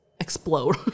explode